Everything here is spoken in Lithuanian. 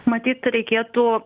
matyt reikėtų